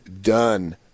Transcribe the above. done